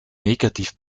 negativ